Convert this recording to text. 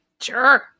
Sure